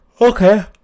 okay